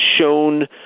shown